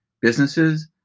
businesses